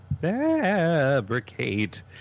Fabricate